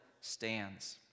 stands